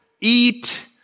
eat